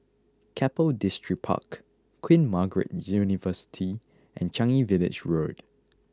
Keppel Distripark Queen Margaret University and Changi Village Road